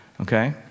okay